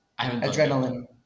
adrenaline